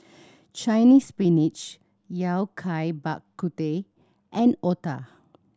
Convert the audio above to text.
Chinese Spinach Yao Cai Bak Kut Teh and otah